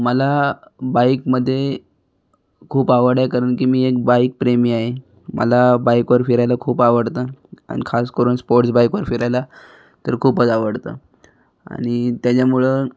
मला बाईकमध्ये खूप आवड आहे कारण की मी एक बाईकप्रेमी आहे मला बाईकवर फिरायला खूप आवडतं आणि खास करून स्पोर्ट्स बाईकवर फिरायला तर खूपच आवडतं आणि त्याच्यामुळं